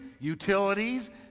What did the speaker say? utilities